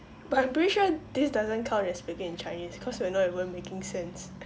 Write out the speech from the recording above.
but I'm pretty sure this doesn't count as speaking in chinese cause we are not even making sense